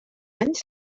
anys